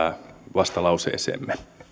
vastalauseeseemme